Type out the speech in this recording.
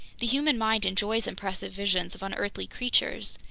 the human mind enjoys impressive visions of unearthly creatures.